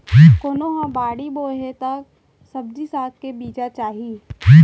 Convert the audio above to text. कोनो ह बाड़ी बोए हे त सब्जी साग के बीजा चाही